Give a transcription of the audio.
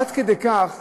עד כדי כך